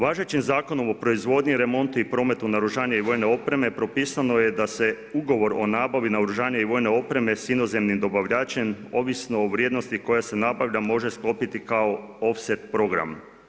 Važećim Zakonom o proizvodnji, remontu i prometu naoružanja i vojne opreme propisano je da se ugovor o nabavi naoružanja i vojne opreme s inozemnim dobavljačem ovisno o vrijednosti koja se nabavlja može sklopiti kao ofset program.